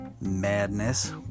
Madness